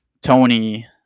Tony